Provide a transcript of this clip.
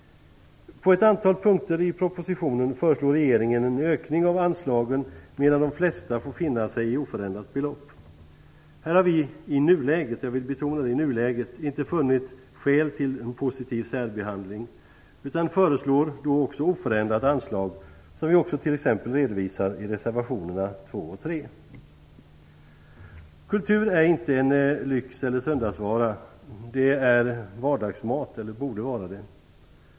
På ett antal punkter i propositionen föreslår regeringen en ökning av anslagen, medan de flesta får finna sig i ett oförändrat belopp. Här har vi i nuläget - jag vill betona nuläget - inte funnit skäl till en positiv särbehandling. Vi föreslår också oförändrat anslag, vilket vi t.ex. redovisar i reservationerna 2 och 3. Kultur är inte en lyx eller någon söndagsvara. Det är vardagsmat eller borde åtminstone vara det.